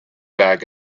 back